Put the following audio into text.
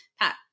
Pat